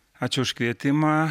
ačiū už kvietimą